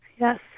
Yes